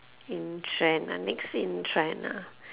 in trend ah next in trend ah